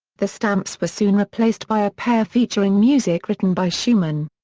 the stamps were soon replaced by a pair featuring music written by schumann.